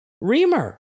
Reamer